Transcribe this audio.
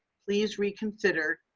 please reconsider.